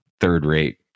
third-rate